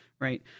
right